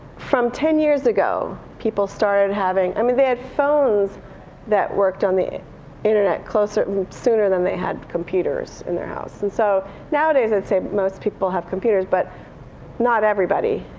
from ten years ago, people started having i mean they had phones that worked on the internet ah sooner than they had computers in their house. and so nowadays, i'd say most people have computers. but not everybody.